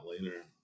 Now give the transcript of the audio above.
later